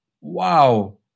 wow